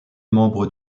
membres